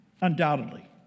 undoubtedly